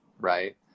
right